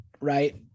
right